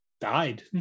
died